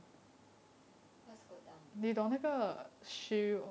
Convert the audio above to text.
what squat down